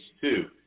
two